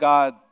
God